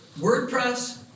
WordPress